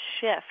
shift